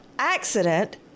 accident